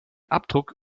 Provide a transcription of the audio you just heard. abdruck